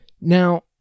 Now